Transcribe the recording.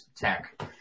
tech